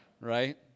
Right